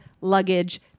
luggage